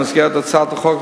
במסגרת הצעת החוק,